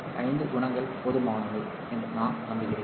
ஐந்து குணகங்கள் போதுமானவை என்று நான் நம்புகிறேன்